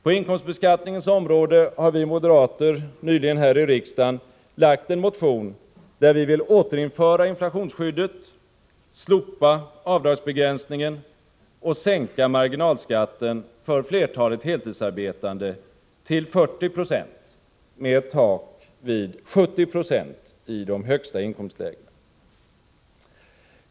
På inkomstbeskattningens område har vi moderater nyligen här i riksdagen väckt en motion, där vi vill återinföra inflationsskyddet, slopa avdragsbegränsningen och sänka marginalskatten för flertalet heltidsarbetande till 40 96 med ett tak vid 70 90 i de högsta inkomstlägena.